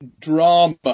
drama